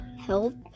help